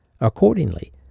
Accordingly